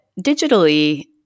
digitally